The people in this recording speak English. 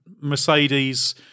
Mercedes